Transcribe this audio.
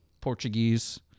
Portuguese